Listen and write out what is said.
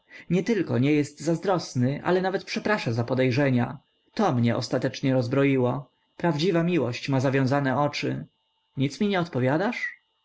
serca nietylko nie jest zazdrosny ale nawet przeprasza za podejrzenia to mnie ostatecznie rozbroiło prawdziwa miłość ma zawiązane oczy nic mi nie odpowiadasz